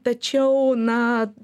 tačiau na